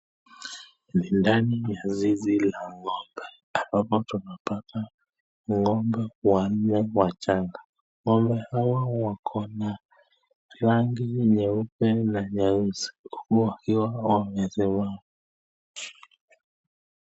Ndani ya zizi la ng'ombe hapa tunapata ng'ombe wanne wachanga, ng'ombe hawa wakona rangi nyeupe na nyeusi,,,,.